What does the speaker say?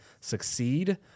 succeed